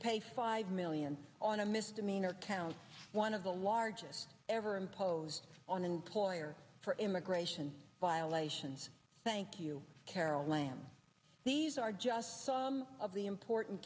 pay five million on a misdemeanor count one of the largest ever imposed on and poirot for immigration violations thank you carol lamb these are just some of the important